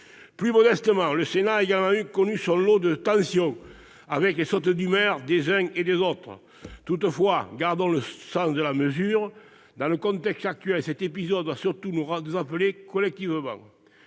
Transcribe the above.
Plus modestement, le Sénat a également connu son lot de tensions, avec les sautes d'humeur des uns ou des autres. Toutefois, gardons le sens de la mesure. Dans le contexte actuel, cet épisode doit surtout nous appeler collectivement,